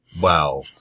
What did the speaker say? Wow